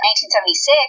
1976